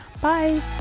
Bye